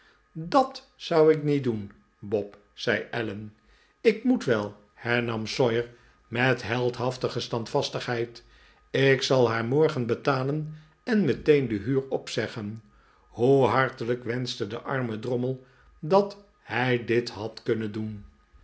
dat zou ik niet doen bob zei allen ik moet wel hernam sawyer met heldhaftige standvastigheid ik zal haar morgen betalen en meteen de huur opzeggen hoe hartelijk wenschte de arme drommel dat hij dit had kunnen doen